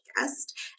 guest